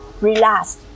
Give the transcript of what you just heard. Relax